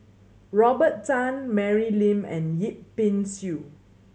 Robert Tan Mary Lim and Yip Pin Xiu